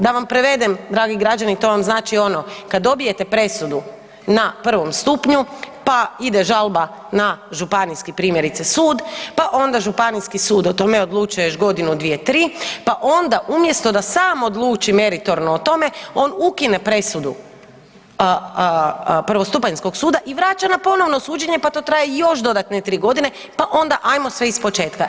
Da vam prevedem dragi građani to vam znači ono kad dobijete presudu na prvom stupnju pa ide žalba na županijski primjerice sud pa onda županijski sud o tome još godinu, dvije, tri, pa onda umjesto da sam odluči meritorno o tome on ukine presudu prvostupanjskog suda i vraća na ponovno suđenje pa to traje još dodatne 3 godine, pa onda ajmo sve iz početka.